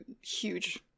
huge